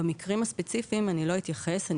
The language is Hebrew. במקרים הספציפיים אני לא אתייחס,